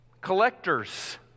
collectors